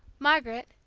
margaret,